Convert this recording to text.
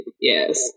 Yes